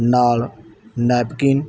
ਨਾਲ ਨੈਪਕਿਨ